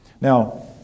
Now